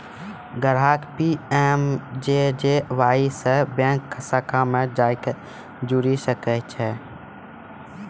ग्राहक पी.एम.जे.जे.वाई से बैंक शाखा मे जाय के जुड़ि सकै छै